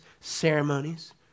ceremonies